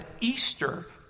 Easter